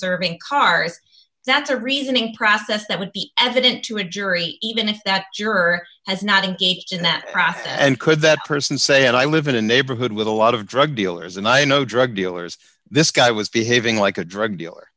observing cars that's a reasoning process that would be evident to a jury even if that juror has not engaged in that process and could that person say i live in a neighborhood with a lot of drug dealers and i know drug dealers this guy was behaving like a drug dealer